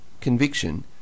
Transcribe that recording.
conviction